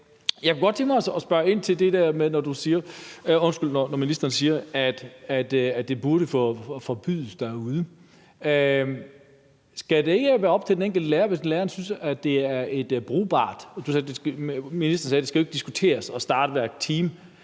Jeg kunne godt tænke mig at spørge ind til det, ministeren siger med, at det burde forbydes derude. Skal det ikke være op til den enkelte lærer, hvis læreren synes, at det er brugbart? Ministeren sagde, at det jo ikke skal diskuteres i starten af